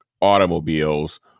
automobiles